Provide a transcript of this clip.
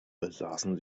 besaßen